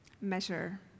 Measure